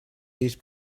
these